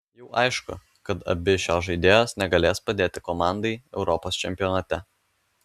jau aišku kad abi šios žaidėjos negalės padėti komandai europos čempionate